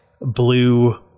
blue